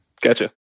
Gotcha